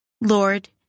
Lord